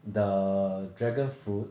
the dragonfruit